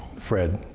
fred,